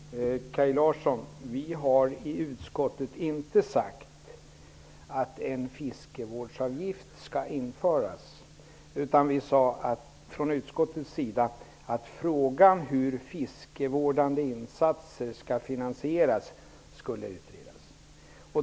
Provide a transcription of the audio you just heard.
Herr talman! Kaj Larsson! Vi har i utskottet inte sagt att en fiskevårdsavgift skall införas, utan vi sade att frågan om hur fiskevårdande insatser skall finansieras skall utredas.